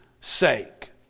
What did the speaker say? sake